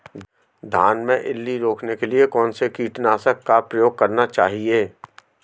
धान में इल्ली रोकने के लिए कौनसे कीटनाशक का प्रयोग करना चाहिए?